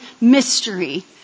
mystery